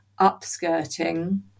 upskirting